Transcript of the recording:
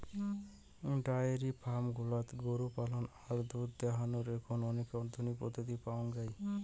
diary farm গুলাত গরু পালনের আর দুধ দোহানোর এখন অনেক আধুনিক পদ্ধতি পাওয়াঙ যাই